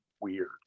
weird